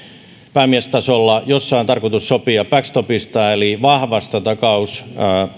päämiestasolla jossa on tarkoitus sopia backstopista eli vahvasta